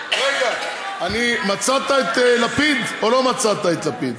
רגע, מצאת את לפיד או לא מצאת את לפיד?